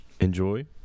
enjoy